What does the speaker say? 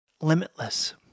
limitless